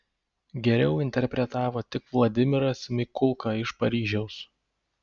geriau interpretavo tik vladimiras mikulka iš paryžiaus